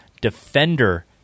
defender